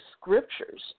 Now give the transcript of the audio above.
scriptures